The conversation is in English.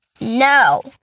No